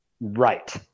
Right